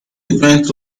event